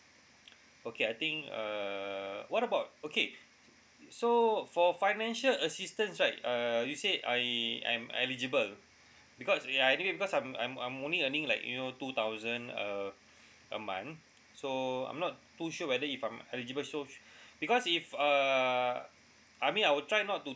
okay I think err what about okay so for financial assistance right err you said I I'm eligible because ya I think because I'm I'm I'm only earning like you know two thousand uh a month so I'm not too sure whether if I'm eligible so because if err I mean I would try not to